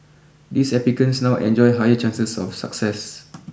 these applicants now enjoy higher chances of success